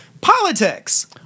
Politics